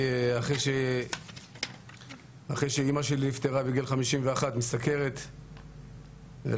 אחרי שאימא שלי נפטרה בגיל 51 מסוכרת לקחתי